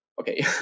Okay